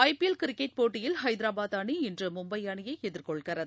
ஐ P L cricket போட்டியில் ஹைதரபாத் அணி இன்று மும்பை அணியை எதிர்கொள்கிறது